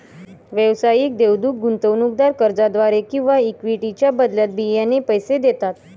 व्यावसायिक देवदूत गुंतवणूकदार कर्जाद्वारे किंवा इक्विटीच्या बदल्यात बियाणे पैसे देतात